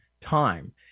time